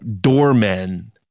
doormen